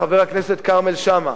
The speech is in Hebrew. חבר הכנסת כרמל שאמה,